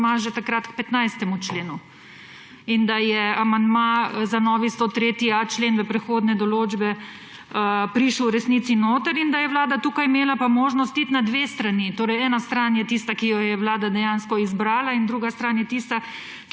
že takrat k 15. členu in da je amandma za novi 103.a člen v prehodne določbe prišel v resnici noter in da je Vlada tukaj imela pa možnost iti na dve strani. Ena stran je tista, ki jo je Vlada dejansko izbrala, in druga stran je tista,